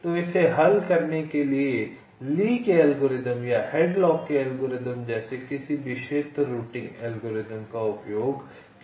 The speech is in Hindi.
तो इसे हल करने के लिए ली के एल्गोरिथ्म या हैडलॉक के एल्गोरिथ्म जैसे किसी भी क्षेत्र रूटिंग एल्गोरिदम का उपयोग किया जा सकता है